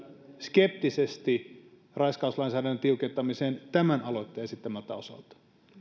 skeptisesti raiskauslainsäädännön tiukentamiseen tämän aloitteen esittämältä osalta